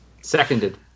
Seconded